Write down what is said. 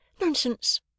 Nonsense